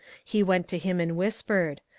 he went to him and whispered.